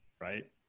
right